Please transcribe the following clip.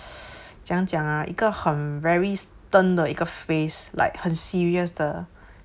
怎样讲啊一个很 very stern 的一个 face like 很 serious 的